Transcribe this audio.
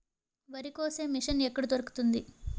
వరి కోసే మిషన్ ఎక్కడ దొరుకుతుంది?